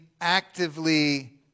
actively